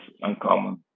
uncommon